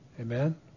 Amen